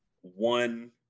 One